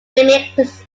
mimics